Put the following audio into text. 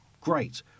great